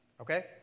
Okay